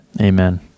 amen